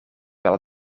wel